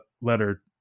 letter